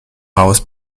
haus